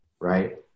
right